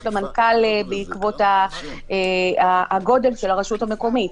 למנכ"ל בעקבות הגודל של הרשות המקומית.